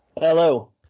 hello